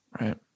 right